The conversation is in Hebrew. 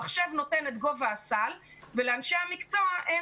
המחשב נותן את גובה הסל ולאנשי המקצוע אין